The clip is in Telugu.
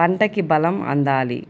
పంటకి బలం అందాలి